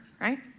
right